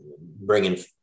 bringing